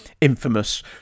infamous